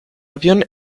avión